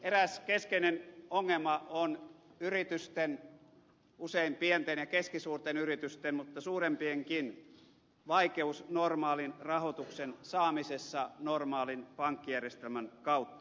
eräs keskeinen ongelma on yritysten usein pienten ja keskisuurten yritysten mutta suurempienkin vaikeus normaalin rahoituksen saamisessa normaalin pankkijärjestelmän kautta